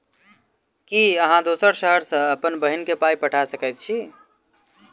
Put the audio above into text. की अहाँ दोसर शहर सँ अप्पन बहिन केँ पाई पठा सकैत छी?